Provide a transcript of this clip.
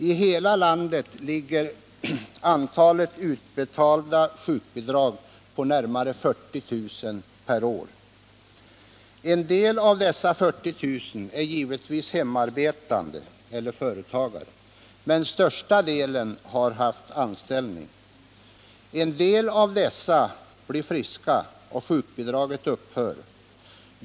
I hela landet ligger antalet utbetalda sjukbidrag på närmare 40 000 per år. En del av dessa 40 000 är givetvis hemarbetande eller företagare, men största delen har haft anställning. Några av dessa blir friska, och sjukbidraget upphör.